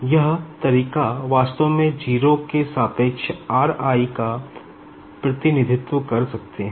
यह तरीका वास्तव में 0 के सापेक्ष r i का प्रतिनिधित्व कर सकते हैं